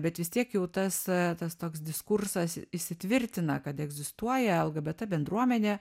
bet vis tiek jau tas tas toks diskursas įsitvirtina kad egzistuoja lgbt bendruomenė